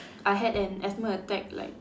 I had an asthma attack like